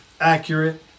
accurate